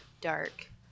dark